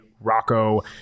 Rocco